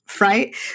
Right